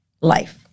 life